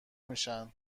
میشن